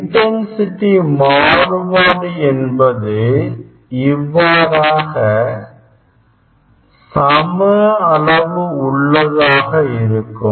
intensity மாறுபாடு என்பது இவ்வாறாக சம அளவு உள்ளதாக இருக்கும்